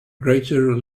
greater